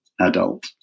adult